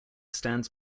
stands